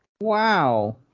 Wow